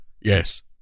Yes